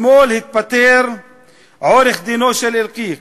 אתמול התפטר עורך-דינו של אלקיק,